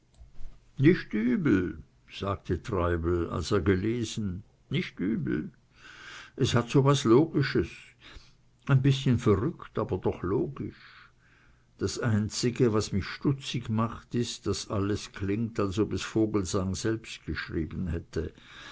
nicht übel sagte treibel als er gelesen nicht übel es hat so was logisches ein bißchen verrückt aber doch logisch das einzige was mich stutzig macht ist daß es alles klingt als ob es vogelsang selber geschrieben hätte